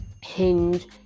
hinge